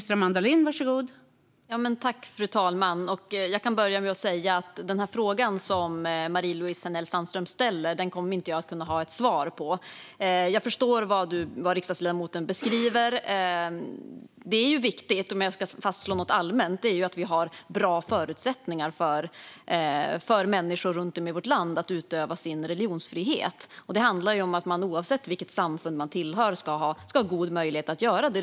Fru talman! Jag kan börja med att säga att jag inte kommer att kunna besvara den fråga som Marie-Louise Hänel Sandström ställer. Jag förstår dock vad riksdagsledamoten beskriver. Det är viktigt, om jag ska fastslå något allmänt, att vi har bra förutsättningar för människor runt om i vårt land att utöva sin religionsfrihet. Det handlar om att man oavsett vilket samfund man tillhör ska ha god möjlighet att göra det.